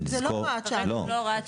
זו לא הוראת שעה.